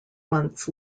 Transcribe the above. months